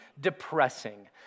depressing